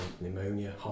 pneumonia